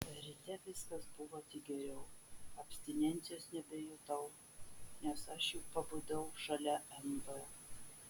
ryte viskas buvo tik geriau abstinencijos nebejutau nes aš juk pabudau šalia mb